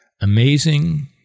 amazing